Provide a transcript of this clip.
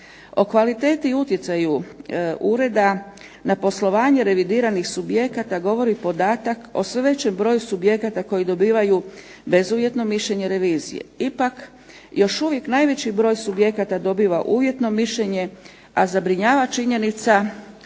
O kvaliteti i utjecaju ureda na poslovanje revidiranih subjekata, govori podatak o sve većem broju subjekata koji dobivaju bezuvjetno mišljenje revizije. Ipak još uvijek najveći broj subjekata dobiva uvjetno mišljenje, a zabrinjava činjenica